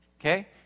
Okay